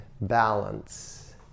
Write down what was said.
balance